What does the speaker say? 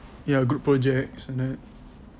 ya group projects like that